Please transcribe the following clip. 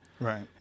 Right